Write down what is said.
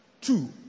two